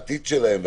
העתיד שלהם,